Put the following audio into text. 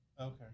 Okay